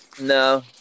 No